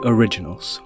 Originals